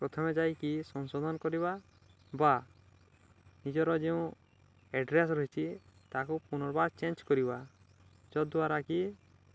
ପ୍ରଥମେ ଯାଇକି ସଂଶୋଧନ କରିବା ବା ନିଜର ଯେଉଁ ଆଡ଼୍ରେସ୍ ରହିଛି ତାକୁ ପୁନର୍ବାର ଚେଞ୍ଜ କରିବା ଯଦ୍ଦ୍ୱାରା କି